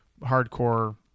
hardcore